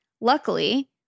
luckily